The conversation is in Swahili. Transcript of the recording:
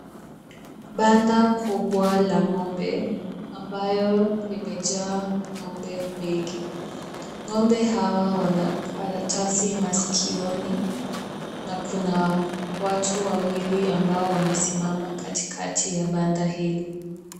Banda kubwa la ng'ombe ambalo limejaa ng'ombe wengi. Ng'ombe hawa wana karatasi masikioni na kuna watu wawili ambao wamesimama katikati ya banda hili.